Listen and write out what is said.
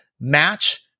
match